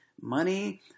money